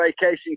vacation